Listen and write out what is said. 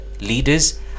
leaders